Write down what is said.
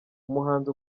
umuhanzi